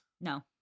No